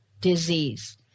disease